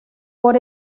por